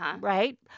right